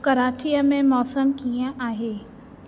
कराचीअ में मौसमु कीअं आहे